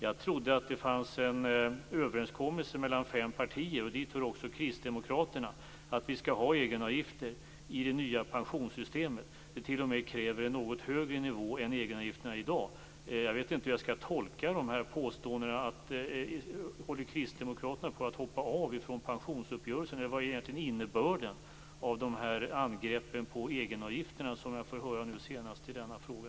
Jag trodde att det fanns en överenskommelse mellan fem partier, och dit hör också Kristdemokraterna, om att vi skall ha egenavgifter i det nya pensionssystemet. Det krävs t.o.m. en något högre nivå än vad egenavgifterna ligger på i dag. Jag vet inte hur jag skall tolka de här påståendena. Håller Kristdemokraterna på att hoppa av från pensionsuppgörelsen eller vad är egentligen innebörden av de angrepp på egenavgifterna som jag har fått höra - senast nu i denna fråga?